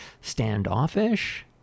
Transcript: standoffish